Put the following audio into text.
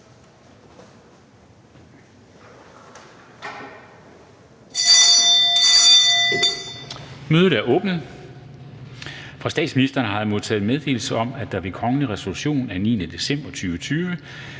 Mødet er åbnet. Fra statsministeren har jeg modtaget følgende meddelelse: Det er ved kongelig resolution af 9. december 2020